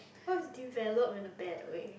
what is develop in the bad way